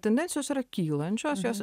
tendencijos yra kylančios jos